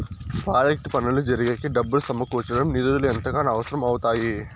project పనులు జరిగేకి డబ్బులు సమకూర్చడం నిధులు ఎంతగానో అవసరం అవుతాయి